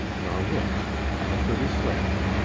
nor wit i have heard her swear't.